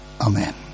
Amen